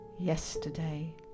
Yesterday